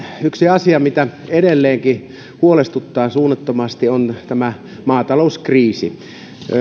yksi asia mikä edelleenkin huolestuttaa suunnattomasti on tämä maatalouskriisi